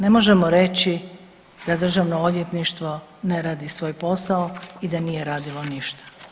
Ne možemo reći da državno odvjetništvo ne radi svoj posao i da nije radilo ništa.